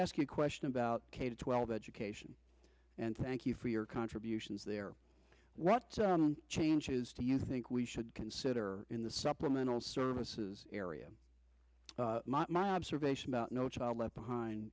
ask you a question about k twelve education and thank you for your contributions there what changes do you think we should consider in the supplemental services area my observation about no child left behind